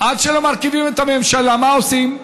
עד שלא מרכיבים את הממשלה, מה עושים?